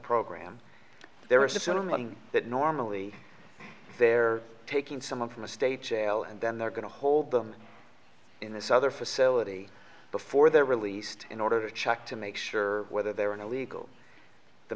program they're assuming that normally they're taking someone from a state jail and then they're going to hold them in this other facility before they're released in order to check to make sure whether they're an illegal the